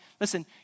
Listen